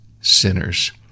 sinners